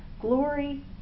glory